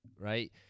right